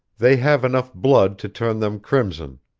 they have enough blood to turn them crimson.